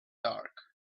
dark